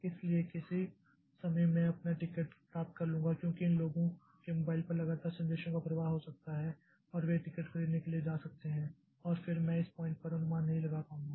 इसलिए किसी समय मैं अपना टिकट प्राप्त कर लूंगा क्योंकि इन लोगों के मोबाइल पर लगातार संदेशों का प्रवाह हो सकता है और वे टिकट खरीदने के लिए जा सकते हैं और फिर मैं इस पॉइंट पर अनुमान नहीं लगा पाऊंगा